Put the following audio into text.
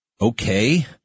Okay